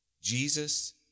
jesus